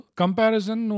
comparison